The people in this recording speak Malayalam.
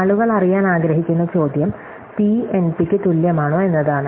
ആളുകൾ അറിയാൻ ആഗ്രഹിക്കുന്ന ചോദ്യം പി എൻപിയ്ക്ക് തുല്യമാണോ എന്നതാണ്